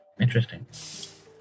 interesting